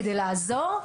כדי לעזור,